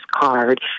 card